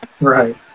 Right